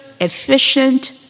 efficient